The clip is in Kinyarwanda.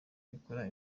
bikora